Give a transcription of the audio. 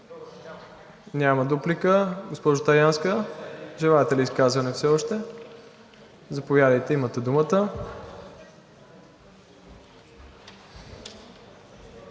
Няма. Госпожо Траянска, желаете ли изказване все още? Заповядайте, имате думата.